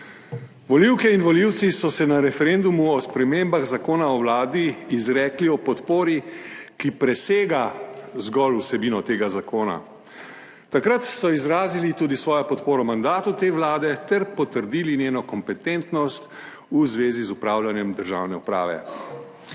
Volivke in volivci so se na referendumu o spremembah Zakona o Vladi izrekli ob podpori, ki presega zgolj vsebino tega zakona. Takrat so izrazili tudi svojo podporo mandatu te Vlade ter potrdili njeno kompetentnost v zvezi z upravljanjem državne uprave.